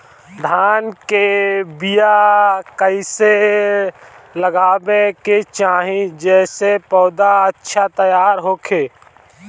धान के बीया कइसे लगावे के चाही जेसे पौधा अच्छा तैयार होखे?